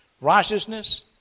Righteousness